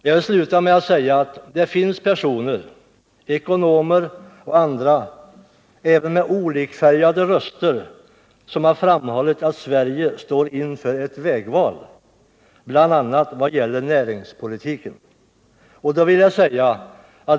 Jag vill sluta med att säga att det finns personer — ekonomer och andra av olika politisk färg — som har framhållit att Sverige står inför ett vägval bl.a. i vad gäller näringspolitiken.